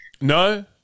no